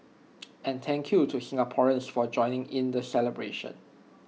and thank you to Singaporeans for joining in the celebrations